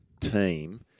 team